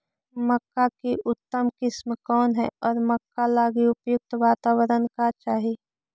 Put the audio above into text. मक्का की उतम किस्म कौन है और मक्का लागि उपयुक्त बाताबरण का चाही?